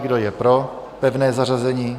Kdo je pro pevné zařazení?